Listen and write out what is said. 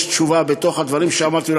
יש תשובה בתוך הדברים שאמרתי,